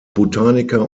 botaniker